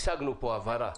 השגנו פה הבהרה.